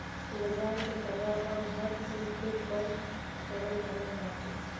बाजार के प्रभाव अब हर चीज पे पड़े लागल बाटे